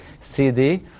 CD